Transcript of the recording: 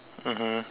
mmhmm